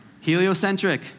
Heliocentric